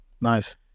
Nice